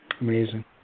Amazing